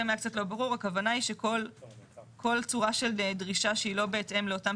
לכל צורה של דרישה שלא בהתאם לאותם